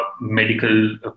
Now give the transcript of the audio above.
Medical